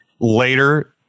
Later